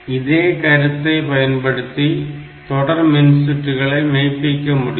இதே கருத்தை பயன்படுத்தி தொடர் மின்சுற்றுகளை மெய்ப்பிக்க முடியும்